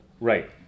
Right